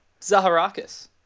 Zaharakis